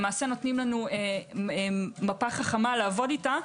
למעשה נותנים לנו מפה חכמה לעבוד איתה,